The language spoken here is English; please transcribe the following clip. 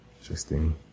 Interesting